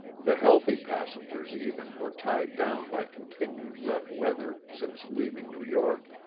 the healthy passengers even were tired down by continued rough weather since leaving new york,